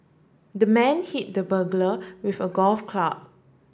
the man hit the burglar with a golf club